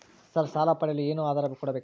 Sir ಸಾಲ ಪಡೆಯಲು ಏನು ಆಧಾರ ಕೋಡಬೇಕು?